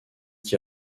qui